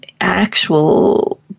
actual